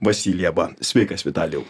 vasiljevą sveikas vitalijaus